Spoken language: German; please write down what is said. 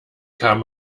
kam